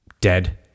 dead